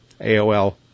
AOL